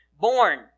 born